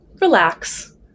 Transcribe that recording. relax